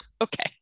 Okay